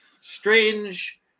strange